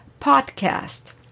podcast